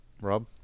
Rob